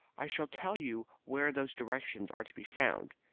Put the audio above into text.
i shall tell you where those directions are to be found.